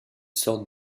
sorte